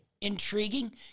intriguing